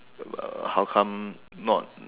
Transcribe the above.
uh how come not